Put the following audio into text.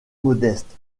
modeste